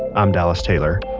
i'm dallas taylor.